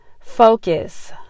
focus